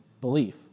belief